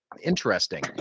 interesting